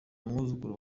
umwuzukuru